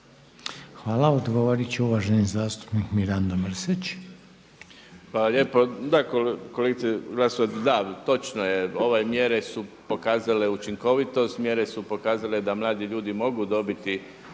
Hvala. Odgovorit će uvaženi zastupnik Mirando Mrsić.